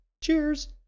cheers